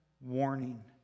warning